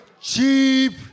cheap